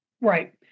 Right